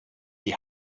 die